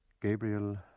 Gabriel